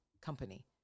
company